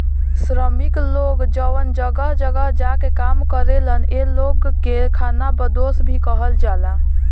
श्रमिक लोग जवन जगह जगह जा के काम करेलन ए लोग के खानाबदोस भी कहल जाला